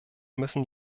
müssen